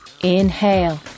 Inhale